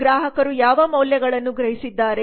ಗ್ರಾಹಕರು ಯಾವ ಮೌಲ್ಯಗಳನ್ನು ಗ್ರಹಿಸಿದ್ದಾರೆ